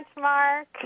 Mark